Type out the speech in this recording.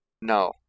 No